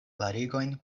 klarigojn